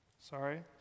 Sorry